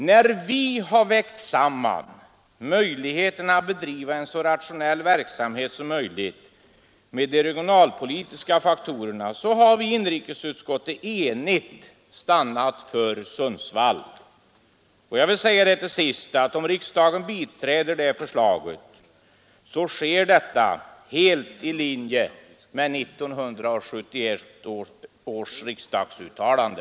När vi har vägt samman möjligheten att bedriva en så rationell verksamhet som möjligt, med de regionalpolitiska faktorerna har vi i inrikesutskottet enigt stannat för Sundsvall. Om riksdagen biträder det förslaget ligger det helt i linje med 1971 års riksdagsuttalande.